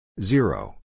zero